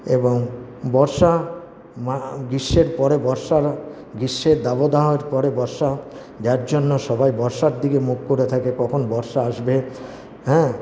এবং বর্ষা গ্রীষ্মের পরে বর্ষার গ্রীষ্মের দাবদাহর পরে বর্ষা যার জন্য সবাই বর্ষার দিকে মুখ করে থাকে কখন বর্ষা আসবে হ্যাঁ